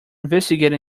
investigating